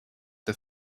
the